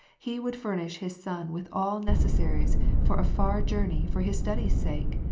he would furnish his son with all necessaries for afar journey for his studies' sake?